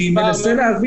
אני מנסה להבין.